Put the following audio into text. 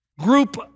group